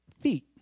feet